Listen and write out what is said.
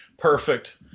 perfect